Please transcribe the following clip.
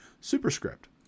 superscript